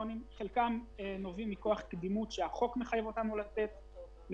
שנובעים מכוח קדימות שהחוק מחייב אותנו לתת.